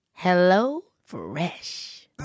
HelloFresh